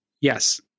Yes